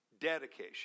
dedication